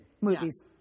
movies